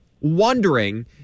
wondering